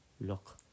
look